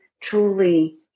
truly